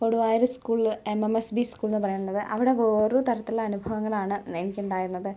കൊടുവായൂര് സ്കൂളില് M M S B സ്കൂളെന്ന് പറയുന്നത് അവിടെ വേറൊരു തരത്തിലുള്ള അനുഭവങ്ങളാണ് എനിക്കുണ്ടായിരുന്നത്